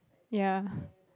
ya